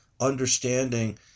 understanding